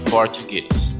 Portuguese